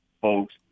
folks